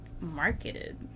marketed